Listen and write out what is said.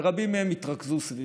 ורבים מהם התרכזו סביבי,